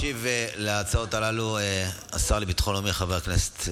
ישיב על ההצעות הללו השר לביטחון לאומי חבר הכנסת